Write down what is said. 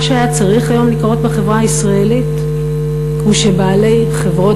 מה שהיה צריך היום לקרות בחברה הישראלית הוא שבעלי חברות